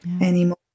anymore